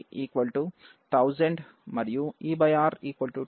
k 1000 and ER2500